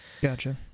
Gotcha